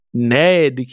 ned